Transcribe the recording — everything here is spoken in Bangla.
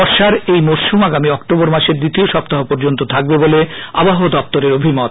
বর্ষার এই মরশুম আগামী অক্টোবর মাসের দ্বিতীয় সপ্তাহ পর্যন্ত থাকবে বলে আবহাওয়া দপ্তরের অভিমত